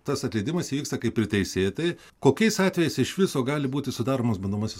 tas atleidimas įvyksta kaip ir teisėtai kokiais atvejais iš viso gali būti sudaromas bandomasis